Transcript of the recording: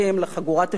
לחגורת השומן,